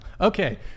Okay